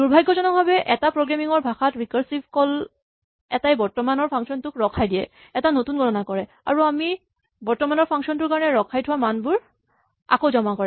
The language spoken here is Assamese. দুৰ্ভাগ্যজনক ভাৱে এটা প্ৰগ্ৰেমিং ৰ ভাষাত ৰিকাৰছিভ কল এটাই বৰ্তমানৰ ফাংচনটোক ৰখাই দিয়ে এটা নতুন গণনা কৰে আৰু আমি বৰ্তমানৰ ফাংচন টোৰ কাৰণে ৰখাই থোৱা মানবোৰ আকৌ জমা কৰে